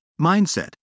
mindset